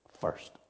First